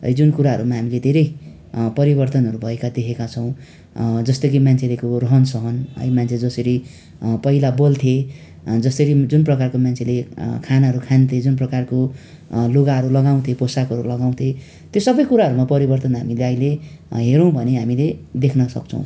जुन कुराहरूमा हामीले धेरै परिवर्तनहरू भएका देखेका छौँ जस्तो कि मान्छेलेको रहन सहन है मान्छे जसरी पहिला बोल्थे जसरी जुन प्रकारको मान्छेले खानाहरू खान्थे जुन प्रकारको लुगाहरू लगाउँथे पोसाकहरू लगाउँथे त्यो सप्पै कुराहरूमा परिवर्तन हामीले अहिले हेऱ्यौँ भनी हामीले देख्न सक्छौँ